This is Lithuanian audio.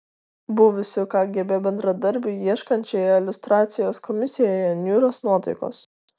buvusių kgb bendradarbių ieškančioje liustracijos komisijoje niūrios nuotaikos